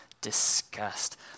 disgust